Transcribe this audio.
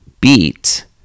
beat